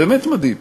באמת מדהים.